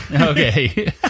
Okay